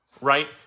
right